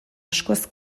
askoz